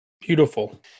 Beautiful